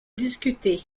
discutée